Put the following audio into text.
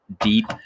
deep